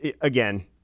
Again